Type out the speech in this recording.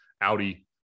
Audi